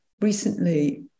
recently